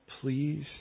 please